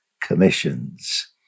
commissions